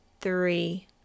three